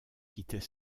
quittait